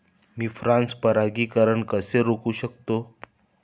मी cross परागीकरण कसे रोखू शकतो?